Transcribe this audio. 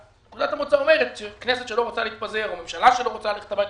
נקודת המוצא אומרת שכנסת שלא רוצה להתפזר או ממשלה שלא רוצה ללכת הביתה,